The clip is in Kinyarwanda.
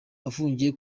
afungiwe